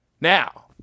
Now